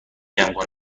جمع